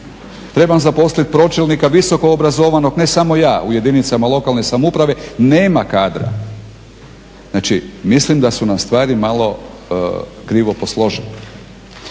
Trebam zaposliti pročelnika visokoobrazovanog, ne samo ja u jedinice lokalne samouprave nema kadra. Znači mislim da su nam stvari malo krivo posložene.